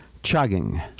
Chugging